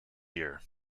year